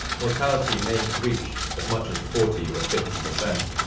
mortality may have reached as much as forty or fifty percent.